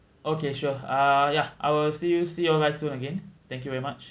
okay sure ah ya I will see you see you all guys soon again thank you very much